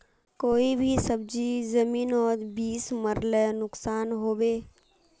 कोई भी सब्जी जमिनोत बीस मरले नुकसान होबे?